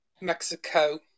Mexico